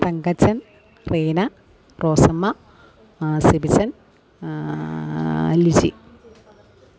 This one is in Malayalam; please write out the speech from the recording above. പങ്കജൻ റീന റോസമ്മ സിബിസൺ ലിജി